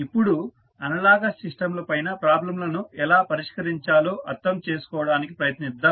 ఇప్పుడు అనలాగస్ సిస్టంల పైన ప్రాబ్లంలను ఎలా పరిష్కరించాలో అర్థం చేసుకోవడానికి ప్రయత్నిద్దాం